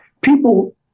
people